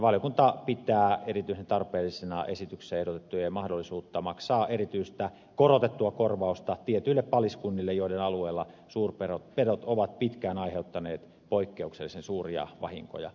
valiokunta pitää erityisen tarpeellisena esityksessä ehdotettua mahdollisuutta maksaa erityistä korotettua korvausta tietyille paliskunnille joiden alueella suurpedot ovat pitkään aiheuttaneet poikkeuksellisen suuria vahinkoja